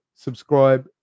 subscribe